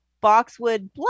boxwood